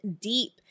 Deep